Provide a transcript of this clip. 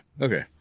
Okay